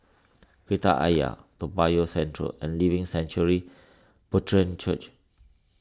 Kreta Ayer Toa Payoh Central and Living Sanctuary Brethren Church